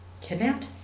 kidnapped